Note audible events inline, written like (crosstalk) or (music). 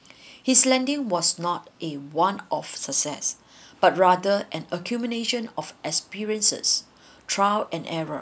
(breath) his landing was not a one of success (breath) but rather an accumulation of experiences trial and error